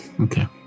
Okay